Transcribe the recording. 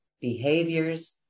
behaviors